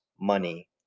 money